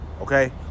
okay